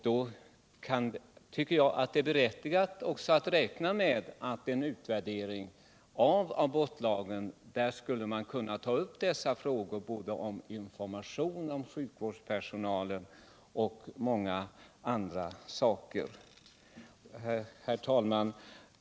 Då tycker jag det är berättigat att räkna med att man i samband med en utvärdering av abortlagen skulle kunna ta upp dessa frågor om information, sjukvårdspersonal och många andra saker. Herr talman!